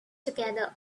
together